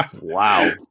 Wow